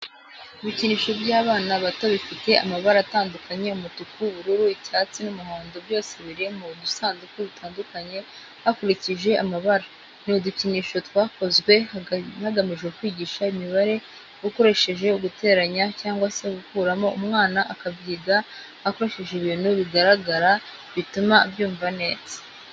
Ibikinisho by'abana bato bifite amabara atandukanye umutuku, ubururu, icyatsi n'umuhondo byose biri mu dusanduku dutandukanye hakurikije amabara. Ni udukinisho twakozwe hagamijwe kwigisha imibare ukoresheje guteranya cyangwa se gukuramo umwana akabyiga akoresheje ibintu bigaragara bituma abyumva neza.